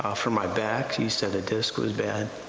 ah for my back you said a disc was bad,